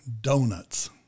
donuts